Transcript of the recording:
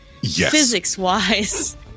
physics-wise